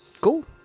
cool